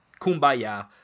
kumbaya